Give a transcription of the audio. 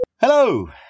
Hello